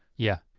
yeah.